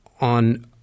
on